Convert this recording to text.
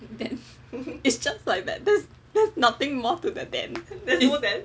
then it's just like that there's nothing more to the then